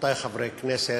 רבותי חברי כנסת,